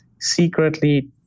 secretly